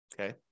Okay